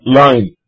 line